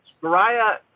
Mariah